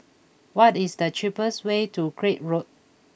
what is the cheapest way to Craig Road